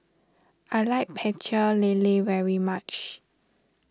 I like Pecel Lele very much